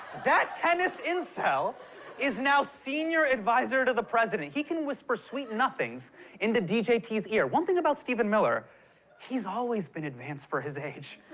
that tennis incel is now senior advisor to the president. he can whisper sweet nothings into djt's ear. one thing about stephen miller he's always been advanced for his age.